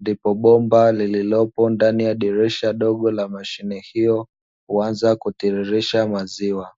ndipo bomba lililopo ndani ya dirisha dogo la mashine hiyo kuanza kutiririsha maziwa.